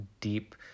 deep